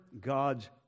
God's